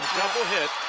double hit.